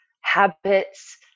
habits